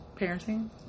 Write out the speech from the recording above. Parenting